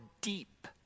deep